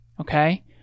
Okay